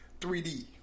3D